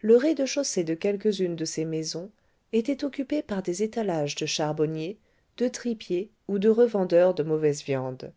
le rez-de-chaussée de quelques-unes de ces maisons était occupé par des étalages de charbonniers de tripiers ou de revendeurs de mauvaises viandes